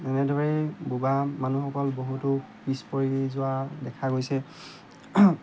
এনেদৰেই বোবা মানুহসকল বহুতো পিছ পৰি যোৱা দেখা গৈছে